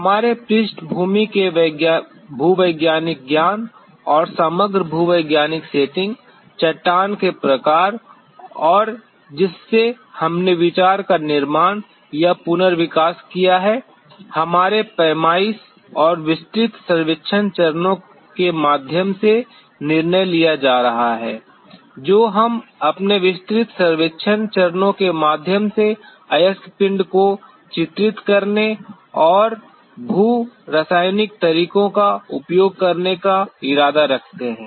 हमारे पृष्ठभूमि के भूवैज्ञानिक ज्ञान और समग्र भूवैज्ञानिक सेटिंग चट्टान के प्रकार और जिससे हमने विचार का निर्माण या पुनर्विकास किया है हमारे पैमाइश और विस्तृत सर्वेक्षण चरणों के माध्यम से निर्णय लिया जा रहा है जो हम अपने विस्तृत सर्वेक्षण चरणों के माध्यम से अयस्क पिंड को चित्रित करने और भू रासायनिक तरीकों का उपयोग करने का इरादा रखते हैं